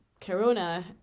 corona